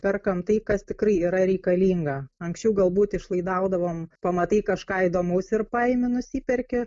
perkam tai kas tikrai yra reikalinga anksčiau galbūt išlaidaudavom pamatai kažką įdomaus ir paimi nusiperki